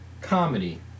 comedy